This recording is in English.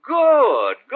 good